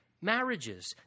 marriages